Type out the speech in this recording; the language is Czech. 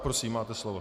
Prosím, máte slovo.